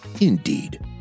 indeed